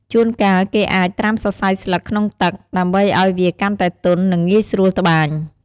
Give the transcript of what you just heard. ជួនកាល គេអាច ត្រាំសរសៃស្លឹកក្នុងទឹក ដើម្បីឲ្យវាកាន់តែទន់ និងងាយស្រួលត្បាញ។